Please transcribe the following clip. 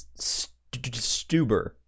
Stuber